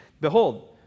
Behold